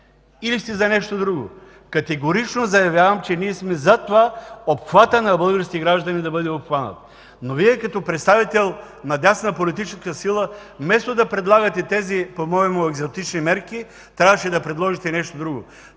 или сте за нещо друго? Категорично заявявам, че ние сме за това обхватът на българските граждани да бъде по-голям. Вие като представител на дясна политическа сила вместо това предлагате тези по моему екзалтични мерки, а трябваше да предложите нещо друго.